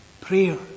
prayer